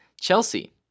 Chelsea